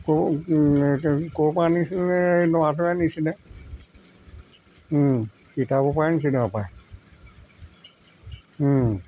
ক'ৰপৰা আনিছিলে ল'ৰাটোৱে আনিছিলে তিতাবৰৰ পৰাই আনিছিলে হপাই